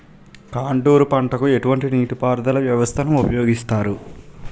Contour పంటకు ఎటువంటి నీటిపారుదల వ్యవస్థను ఉపయోగిస్తారు?